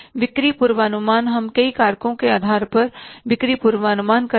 बिक्री पूर्वानुमान हम कई कारकों के आधार पर बिक्री पूर्वानुमान करना है